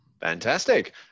Fantastic